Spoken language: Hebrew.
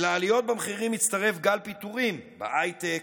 אל העליות במחירים מצטרף גל פיטורים בהייטק,